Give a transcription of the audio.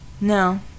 No